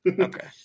Okay